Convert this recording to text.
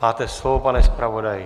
Máte slovo, pane zpravodaji.